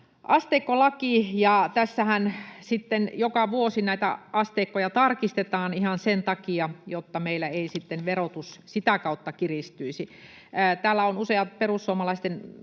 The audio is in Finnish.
asteikkolaki, ja tässähän sitten joka vuosi näitä asteikkoja tarkistetaan ihan sen takia, että meillä ei verotus sitä kautta kiristyisi. Täällä ovat useat perussuomalaisten